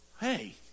hey